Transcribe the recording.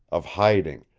of hiding,